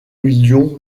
million